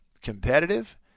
competitive